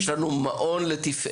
יש לנו בנתניה מעון לתפארת,